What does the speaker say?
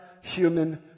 human